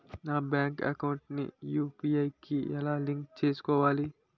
నా bank account ని UPI కి ఎలా లింక్ చేసుకోవాలి?